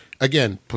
again